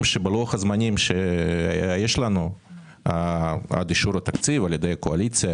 שבלוח הזמנים שיש לנו עד אישור התקציב על ידי הקואליציה,